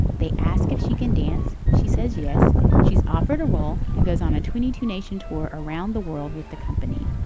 they ask if she can dance. she says yes she's offered a role and goes on a twenty two nation tour around the world with the company